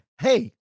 Hey